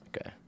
Okay